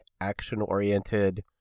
action-oriented